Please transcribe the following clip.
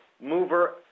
mover